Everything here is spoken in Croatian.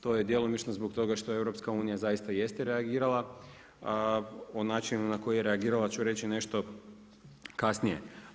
To je djelomično zbog toga što EU zaista jeste reagirala o načinu na koji je reagirala ću reći nešto kasnije.